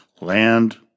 land